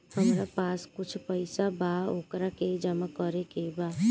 हमरा पास कुछ पईसा बा वोकरा के जमा करे के बा?